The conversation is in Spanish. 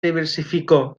diversificó